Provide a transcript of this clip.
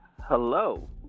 hello